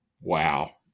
wow